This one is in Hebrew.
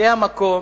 זה המקום